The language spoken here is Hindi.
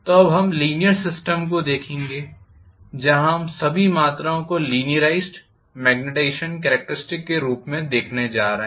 तो अब हम लीनीयर सिस्टम को देखेंगे जहां हम सभी मात्राओं को लीनीराईज़्ड मेग्नेटाईज़ेशन कॅरेक्टरिस्टिक्स के रूप में देखने जा रहे हैं